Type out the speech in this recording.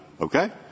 Okay